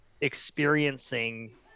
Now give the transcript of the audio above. experiencing